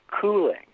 cooling